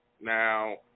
Now